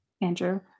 Andrew